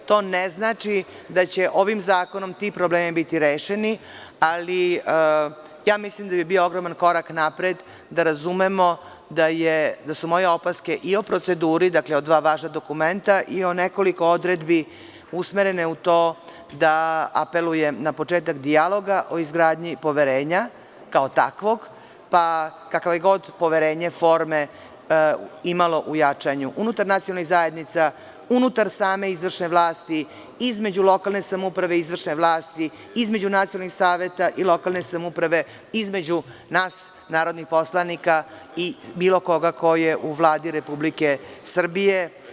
To ne znači da će ovim zakonom ti problemi biti rešeni, ali mislim da bio ogroman korak napred, da razumemo da su moje opaske i o proceduri, dakle od dva važna dokumenta i o nekoliko odredbi usmerene u to da apelujem na početak dijaloga o izgradnji i poverenja kao takvog, pa kakav je god poverenje forme imalo u jačanju unutar nacionalnih zajednica, unutar same izvršen vlasti, između lokalne samouprave izvršne vlasti, između nacionalnih saveta i lokalne samouprave, između nas narodnih poslanika i bilo koga ko je u Vladi Republike Srbije.